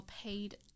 paid